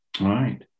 Right